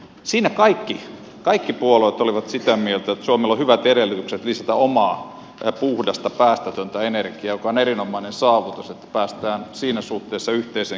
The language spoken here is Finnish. siinä kaikki puolueet olivat sitä mieltä että suomella on hyvät edellytykset lisätä omaa puhdasta päästötöntä energiaa mikä on erinomainen saavutus että päästään siinä suhteessa yhteiseen käsitykseen